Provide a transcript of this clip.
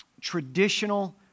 traditional